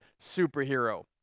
superhero